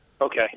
Okay